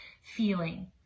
feeling